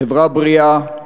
חברה בריאה,